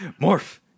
Morph